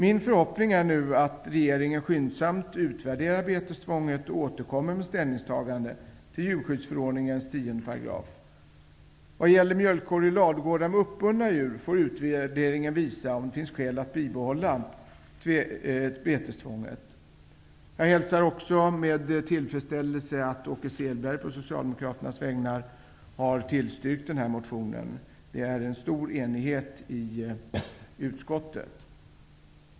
Min förhoppning är nu att regeringen skyndsamt utvärderar betestvånget och återkommer med ställningstagande till djurskyddsförordningens 10 §. Vad gäller mjölkkor i ladugårdar med uppbundna djur får utvärderingen visa om det finns skäl att bibehålla betestvånget. Jag hälsar också med tillfredsställelse att Åke Selberg på Socialdemokraternas vägnar har tillstyrkt motionen. Det råder stor enighet i utskottet.